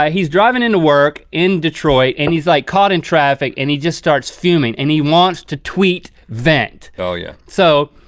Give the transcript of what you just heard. ah he's driving into work in detroit and he's like caught in traffic and he just starts fuming. and he wants to tweet-vent. oh yeah. twent. so,